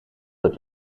het